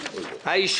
הצבעה בעד,